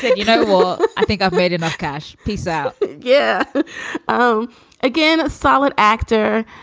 you know, i think i've read enough cash. peace out. yeah um again, solid actor.